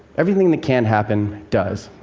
everything that can happen, does.